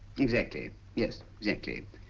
exactly. yes. exactly.